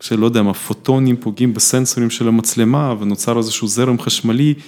‫שלא יודע מה, פוטונים פוגעים ‫בסנסורים של המצלמה ‫ונוצר איזשהו זרם חשמלי.